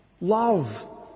Love